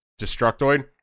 Destructoid